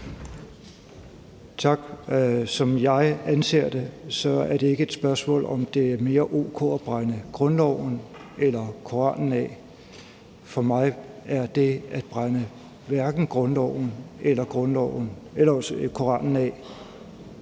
Tak. Som jeg ser det, er det ikke et spørgsmål om, om det er mere o.k. at brænde grundloven eller Koranen af. For mig er hverken det at brænde grundloven eller Koranen af